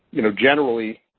you know generally,